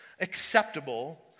acceptable